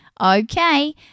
Okay